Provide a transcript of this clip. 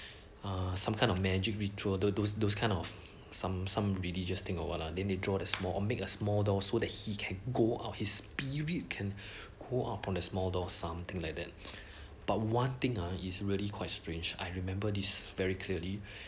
uh some kind of magic we draw the those those kind of some some religious thing or what lah then they draw the small or make a small door so that he can go out his spirit can go out from the small doors something like that but one thing is really quite strange I remember this very clearly